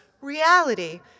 reality